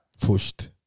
pushed